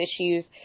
issues